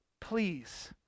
Please